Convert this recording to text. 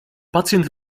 pacjent